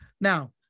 Now